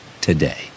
today